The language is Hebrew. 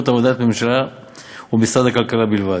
עבודת הממשלה ומשרד הכלכלה בלבד.